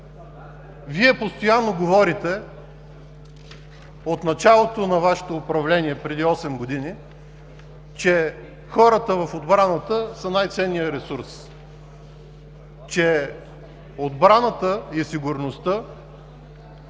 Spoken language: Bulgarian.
Вие постоянно говорите от началото на Вашето управление преди осем години, че хората в отбраната са най-ценният ресурс, че отбраната и сигурността